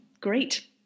Great